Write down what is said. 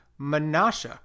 Menasha